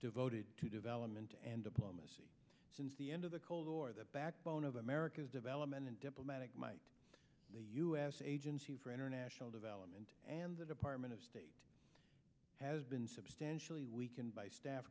devoted to development and diplomacy since the end of the cold war the backbone of america's development and diplomatic might agency for international development and the department of state has been substantially weakened by staff